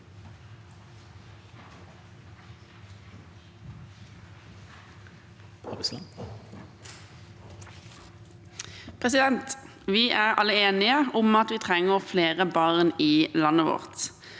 Vi er alle enige om at vi trenger flere barn i landet vårt.